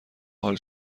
حال